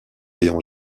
léon